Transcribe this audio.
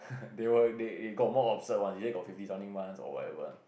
they were they got more absurd one they say got fifty something months or whatever one